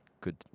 good